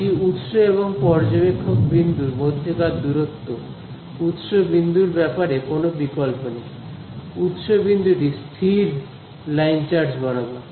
এটি উৎস এবং পর্যবেক্ষক বিন্দুর মধ্যেকার দূরত্ব উৎস বিন্দুর ব্যাপারে কোন বিকল্প নেই উৎস বিন্দুটি স্থির লাইন চার্জ বরাবর